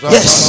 Yes